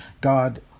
God